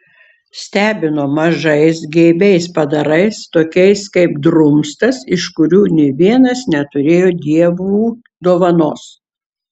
stebino mažais geibiais padarais tokiais kaip drumstas iš kurių nė vienas neturėjo dievų dovanos